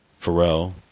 Pharrell